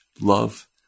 love